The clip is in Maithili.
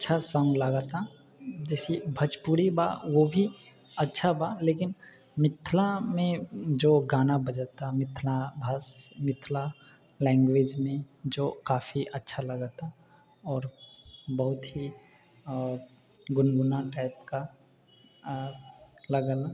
अच्छासन लागऽता जइसे भोजपुरी बा ओ भी अच्छा बा लेकिन मिथिलामे जे गाना बजऽता मिथिला भाषा मिथिला लैंग्वेजमे जे काफी अच्छा लागऽता आओर बहुत ही आओर गुनगुना टाइपका लागल